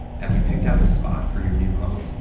have you picked out a spot for your new home?